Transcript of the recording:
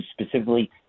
specifically